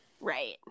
Right